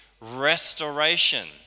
restoration